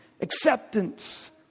acceptance